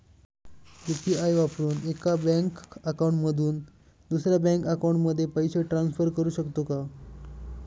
UPI वापरून एका bank account मधून दुसऱ्या बँक अकाउंटमध्ये पैसे ट्रान्सफर करू शकतो का?